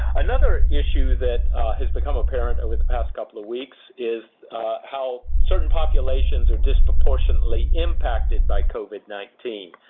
another issue that has become apparent over the past couple of weeks is how certain populations are disproportionately impacted by covid nineteen.